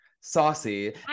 saucy